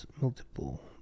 multiple